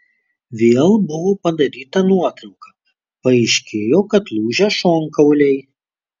vėl buvo padaryta nuotrauka paaiškėjo kad lūžę šonkauliai